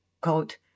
quote